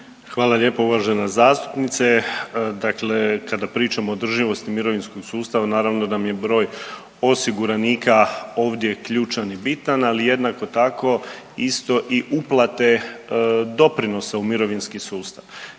Hvala lijepa uvažena zastupnice. Dakle, kada pričamo o održivosti mirovinskog sustava naravno da mi je broj osiguranika ovdje ključan i bitan, ali jednako tako isto i uplate doprinosa u mirovinski sustav.